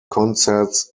concerts